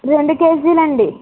రెండు కేజీలండీ